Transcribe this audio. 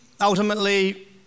ultimately